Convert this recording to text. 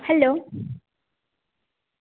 hello